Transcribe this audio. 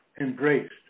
embraced